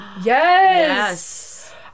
yes